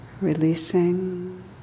releasing